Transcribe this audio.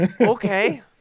okay